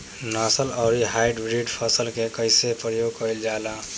नस्ल आउर हाइब्रिड फसल के कइसे प्रयोग कइल जाला?